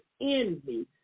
envy